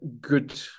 good